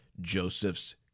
Joseph's